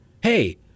Hey